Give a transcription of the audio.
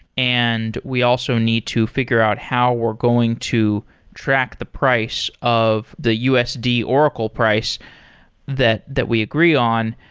and we also need to figure out how we're going to track the price of the usd oracle price that that we agree on.